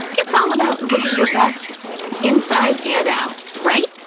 it's all about looking your best inside and out, right?